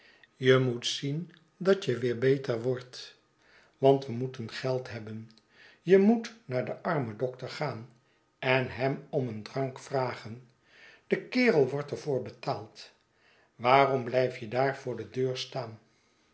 je moet zien dat je weer beter wordt want we moeten geld hebben je moet naar den armendokter gaan en hem om een drank vragen de kerel wordt er voor betaald waarom blijf je daar voor de deur staan